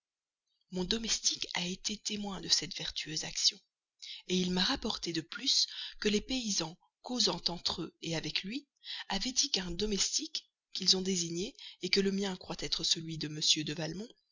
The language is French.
mon domestique a été témoin de cette vertueuse action il m'a rapporté de plus que les paysans causant entre eux avec lui avaient dit qu'un domestique qu'ils ont désigné que le mien croit être celui de m de